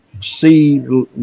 see